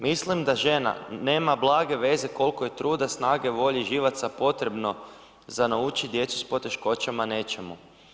Mislim da žena nema blage veze koliko je truda, snage, volje i živaca potrebno za naučiti djecu s poteškoćama nečemu.